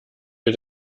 wir